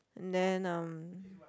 then um